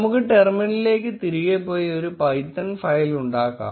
നമുക്ക് ടെർമിനലിലേക്ക് തിരികെ പോയി ഒരു പൈത്തൺ ഫയൽ ഉണ്ടാക്കാം